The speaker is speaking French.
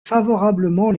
favorablement